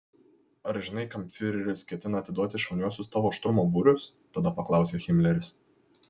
ar žinai kam fiureris ketina atiduoti šauniuosius tavo šturmo būrius tada paklausė himleris